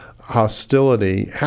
hostility